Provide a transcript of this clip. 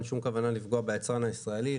אין שום כוונה לפגוע ביצרן הישראלי.